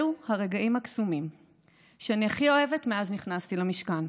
אלו הרגעים הקסומים שאני הכי אוהבת מאז שנכנסתי למשכן,